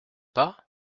pas